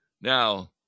Now